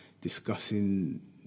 discussing